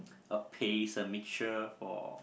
a paste a mixture for